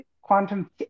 quantum